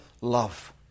love